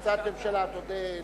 זאת הצעת הממשלה, תודה למי?